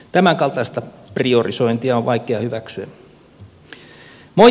tämänkaltaista priorisointia on vaikea hyväksyä